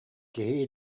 киһи